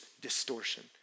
distortion